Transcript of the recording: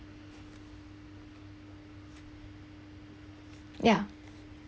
yeah